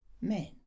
men